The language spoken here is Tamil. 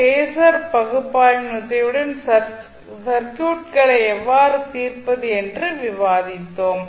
பேஸர் பகுப்பாய்வின் உதவியுடன் சர்க்யூட்ஸ் களை எவ்வாறு தீர்ப்பது என்று விவாதித்தோம்